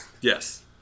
Yes